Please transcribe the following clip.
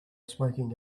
smoking